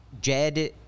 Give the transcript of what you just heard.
jed